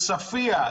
עוספיא,